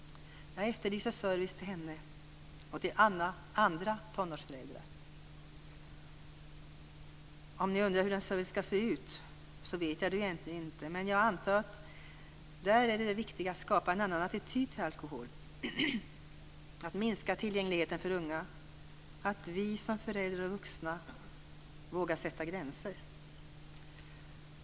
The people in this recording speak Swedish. Jag efterlyser service till denna mamma och alla andra tonårsföräldrar. Jag vet egentligen inte hur denna service ska se ut. Jag antar att det är viktigare att skapa en annan attityd till alkohol. Tillgängligheten för unga ska minskas. Vi som föräldrar och vuxna ska våga sätta gränser.